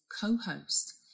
co-host